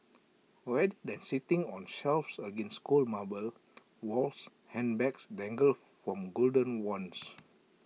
rather than sitting on shelves against cold marble walls handbags dangle from golden wands